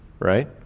right